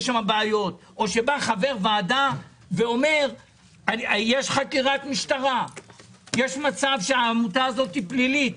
שם בעיות או שחבר ועדה מספר על חקירת משטרה כנגד עמותה ויש חשד לפלילים,